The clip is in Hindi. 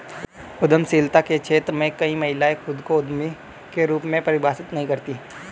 उद्यमशीलता के क्षेत्र में कई महिलाएं खुद को उद्यमी के रूप में परिभाषित नहीं करती